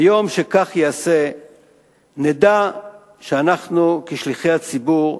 ביום שכך ייעשה נדע שאנחנו, כשליחי הציבור,